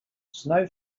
snow